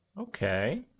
Okay